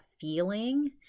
feeling